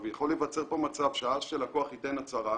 יכול להיווצר פה מצב שעד שלקוח ייתן הצהרה,